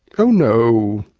oh, no,